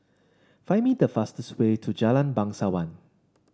find me the fastest way to Jalan Bangsawan